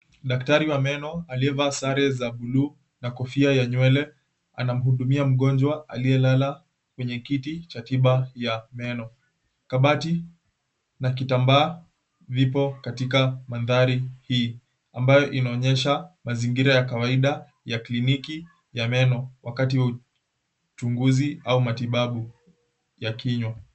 Daktari wa meno aliyevaa sare za buluu na kofia ya nywele ana mhudumia mgonjwa aliyelala kwenye kiti cha tiba ya meno. Kabati na kitambaa vipokatika mandhari hii, ambayo inaonyesha mazingira ya kawaida ya kliniki ya meno wakati wa uchunguzi au matibabu ya kinywa.